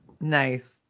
nice